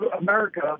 America